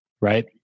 right